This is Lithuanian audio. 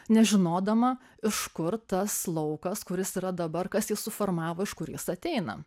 nežinodama iš kur tas laukas kuris yra dabar kas jį suformavo iš kur jis ateina